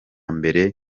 mbere